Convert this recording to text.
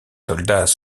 soldats